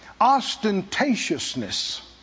ostentatiousness